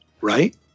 right